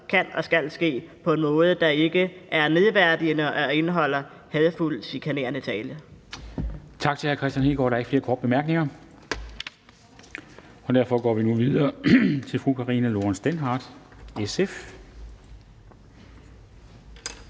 kan og skal ske på en måde, der ikke er nedværdigende og indeholder hadefuld chikanerende tale.